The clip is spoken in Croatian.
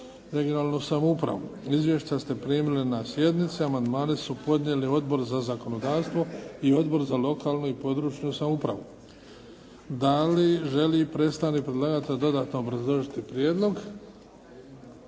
(regionalnu) samoupravu. Izvješća ste primili na sjednici. Amandmane su podnijeli Odbor za zakonodavstvo i Odbor za lokalnu i područnu samoupravu. Da li želi predstavnik predlagatelja dodatno obrazložiti prijedlog?